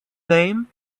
name